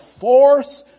force